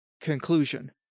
conclusion